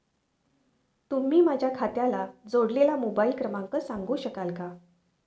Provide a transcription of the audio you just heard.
तुम्ही माझ्या खात्याला जोडलेला मोबाइल क्रमांक सांगू शकाल का?